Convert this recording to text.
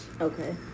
Okay